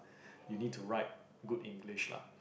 you need to write good English lah